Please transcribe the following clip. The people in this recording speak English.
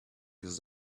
his